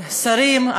שרים,